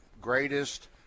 greatest